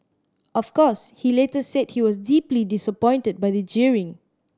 of course he later said he was deeply disappointed by the jeering